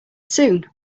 soon